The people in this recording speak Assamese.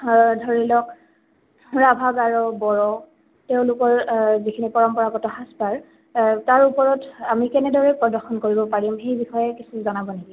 ধৰি লওক ৰাভা গাৰো বড়ো তেওঁলোকৰ যিখিনি পৰম্পৰাগত সাজপাৰ তাৰ ওপৰত আমি কেনেদৰে প্ৰদৰ্শন কৰিব পাৰিম সেই বিষয়ে কিছু জনাব নেকি